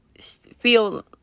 feel